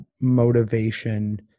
motivation